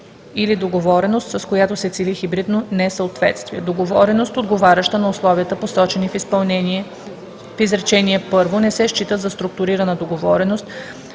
или договореност, с която се цели хибридно несъответствие. Договореност, отговаряща на условията, посочени в изречение първо, не се счита за структурирана договореност,